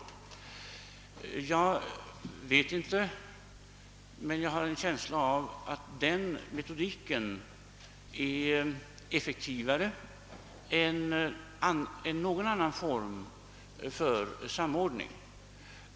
Jag har en känsla av att den metodiken är effektivare än någon annan form för samordning.